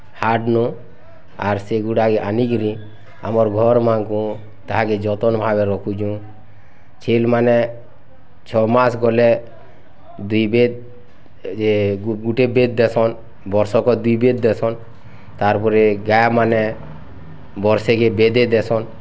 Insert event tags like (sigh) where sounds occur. ଆର୍ ନୁ ଆର୍ ସେଗୁଡ଼ାକ ଆଣିକିରି ଆମର୍ ଘରମାନଙ୍କୁ ତାହାକେ ଯତ୍ନ ଭାବେ ରଖିଛୁଁ ଛିଲ୍ମାନେ ଛଅମାସ ଗଲେ ଦିବେଦ୍ ଏ ଗୁଟେ ବେଦ୍ ଦେସନ୍ ବର୍ଷକ ଦିବେଦ୍ ଦେସନ୍ ତାପରେ ଗାଁମାନେ ବର୍ଷକେ (unintelligible) ଦେସନ୍